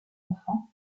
enfants